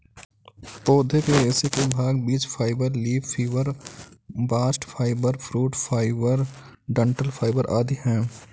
पौधे के रेशे के भाग बीज fibre, leaf fibre, bast fibre, fruit fibre, डंठल फाइबर आदि है